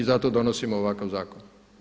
I zato donosimo ovakav zakon.